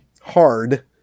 hard